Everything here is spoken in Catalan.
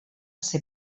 ser